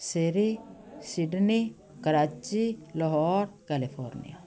Surrey Sydney Karachi Lahore California